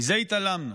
מזה התעלמנו.